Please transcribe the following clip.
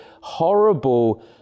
horrible